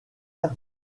sert